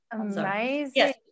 Amazing